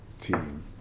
team